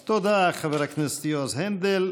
תודה, חבר הכנסת יועז הנדל.